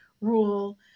rule